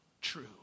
true